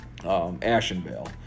Ashenvale